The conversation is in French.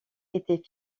était